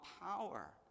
power